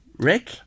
Rick